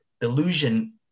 delusion